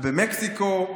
ובמקסיקו,